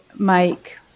Mike